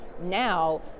now